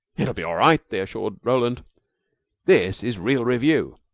it'll be all right, they assured roland this is real revue.